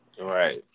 Right